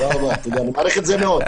אני מעריך את זה מאוד.